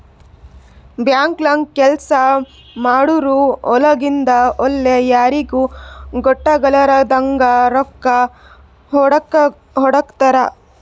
ಬ್ಯಾಂಕ್ದಾಗ್ ಕೆಲ್ಸ ಮಾಡೋರು ಒಳಗಿಂದ್ ಒಳ್ಗೆ ಯಾರಿಗೂ ಗೊತ್ತಾಗಲಾರದಂಗ್ ರೊಕ್ಕಾ ಹೊಡ್ಕೋತಾರ್